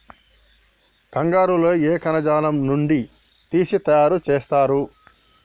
కంగారు లో ఏ కణజాలం నుండి తీసి తయారు చేస్తారు?